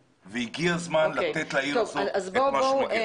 הגיע הזמן לתת לעיר הזאת את מה שמגיע לה.